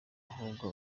ahubwo